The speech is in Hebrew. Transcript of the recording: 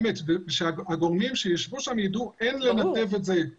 בואו נמצא לזה מספר אחר שהוא לא תפוס.